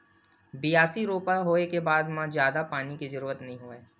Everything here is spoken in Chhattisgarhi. बियासी, रोपा होए के बाद म जादा पानी के जरूरत नइ होवय